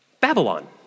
Babylon